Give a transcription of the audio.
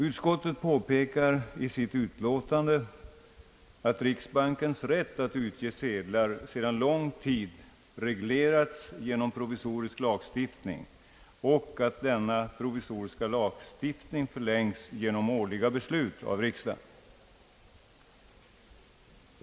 Utskottet påpekar i sitt utlåtande att riksbankens rätt att utge sedlar sedan lång tid reglerats genom provisorisk lagstiftning och att denna provisoriska lagstiftning förlängts genom årliga beslut av riksdagen.